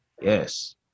Yes